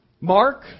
Mark